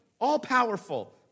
all-powerful